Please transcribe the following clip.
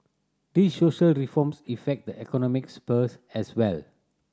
these social reforms effect the economic spheres as well